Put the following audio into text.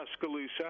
Tuscaloosa